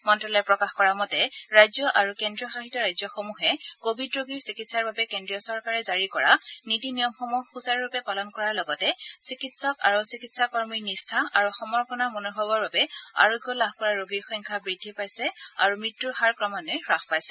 মন্ত্যালয়ে প্ৰকাশ কৰা মতে ৰাজ্য আৰু কেন্দ্ৰীয় শাসিত ৰাজ্য সমূহে কভিড ৰোগীৰ চিকিৎসাৰ বাবে কেন্দ্ৰীয় চৰকাৰে জাৰি কৰা নীতি নিয়মসমূহ সূচাৰুৰূপে পালন কৰাৰ লগতে চিকিৎসক আৰু চিকিৎসাকৰ্মীৰ নিষ্ঠা আৰু সমৰ্পণৰ মনোভাৱৰ বাবে আৰোগ্য লাভ কৰা ৰোগীৰ সংখ্যা বৃদ্ধি পাইছে আৰু মৃত্যুৰ হাৰ ক্ৰমাঘ্বয়ে হাস পাইছে